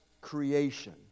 creation